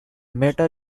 matter